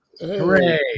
Hooray